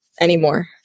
anymore